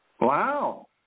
Wow